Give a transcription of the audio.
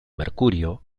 mercurio